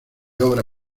obra